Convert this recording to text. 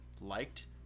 liked